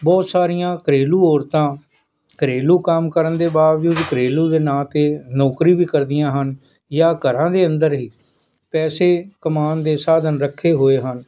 ਬਹੁਤ ਸਾਰੀਆਂ ਘਰੇਲੂ ਔਰਤਾਂ ਘਰੇਲੂ ਕੰਮ ਕਰਨ ਦੇ ਬਾਵਜੂਦ ਘਰੇਲੂ ਦੇ ਨਾਂ 'ਤੇ ਨੌਕਰੀ ਵੀ ਕਰਦੀਆਂ ਹਨ ਜਾਂ ਘਰਾਂ ਦੇ ਅੰਦਰ ਹੀ ਪੈਸੇ ਕਮਾਉਣ ਦੇ ਸਾਧਨ ਰੱਖੇ ਹੋਏ ਹਨ